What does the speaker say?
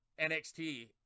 NXT